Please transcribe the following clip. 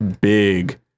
big